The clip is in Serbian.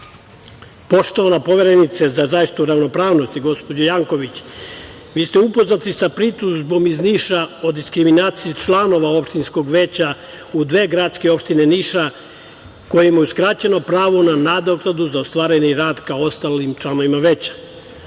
usluga. Poštovana Poverenice za zaštitu ravnopravnosti, gospođo Janković, vi ste upoznati sa pritužbom iz Niša o diskriminaciji članova opštinskog veća u dve gradske opštine Niša kojima je uskraćeno pravo na nadoknadu za ostvareni rad kao ostalim članovima